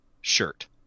shirt